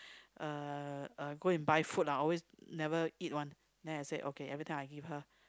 uh uh go and buy food lah always never eat one then I say okay everytime I give her